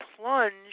plunge